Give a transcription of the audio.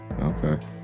Okay